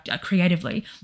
creatively